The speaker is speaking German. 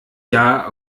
jahr